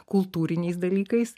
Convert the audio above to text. kultūriniais dalykais